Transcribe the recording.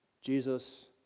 Jesus